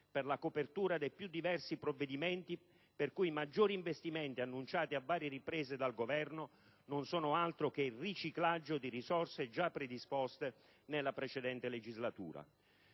per la copertura dei più diversi provvedimenti, per cui i maggiori investimenti annunciati a varie riprese dal Governo non sono altro che il riciclaggio di risorse già predisposte nella precedente legislatura.